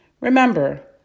Remember